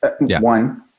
One